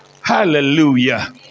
Hallelujah